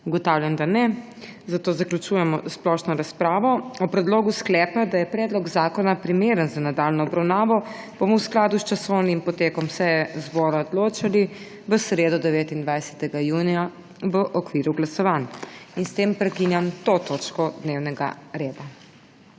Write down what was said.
Ugotavljam, da ne, zato zaključujem splošno razpravo. O predlogu sklepa, da je predlog zakona primeren za nadaljnjo obravnavo, bomo v skladu s časovnim potekom seje zbora odločali v sredo, 29. junija, v okviru glasovanj. S tem prekinjam to točko dnevnega reda.